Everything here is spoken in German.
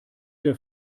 der